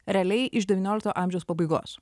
realiai iš devyniolikto amžiaus pabaigos